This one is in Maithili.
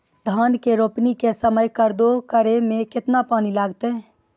धान के रोपणी के समय कदौ करै मे केतना पानी लागतै?